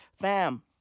Fam